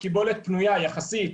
קיבולת פנויה יחסית,